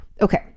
Okay